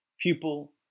pupil